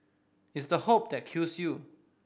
it's the hope that kills you